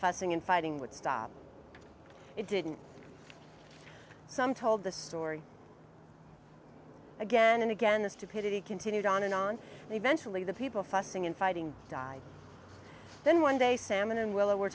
fussing and fighting would stop it didn't some told the story again and again the stupidity continued on and on and eventually the people fussing and fighting died then one day sa